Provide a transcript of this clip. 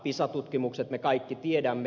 pisa tutkimukset me kaikki tiedämme